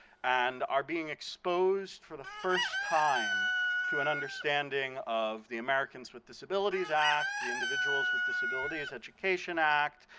and are being exposed for the first time to an understanding of the americans with disabilities act, the individuals with disabilities education act,